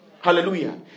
Hallelujah